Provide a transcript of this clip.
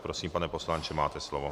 Prosím, pane poslanče, máte slovo.